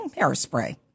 hairspray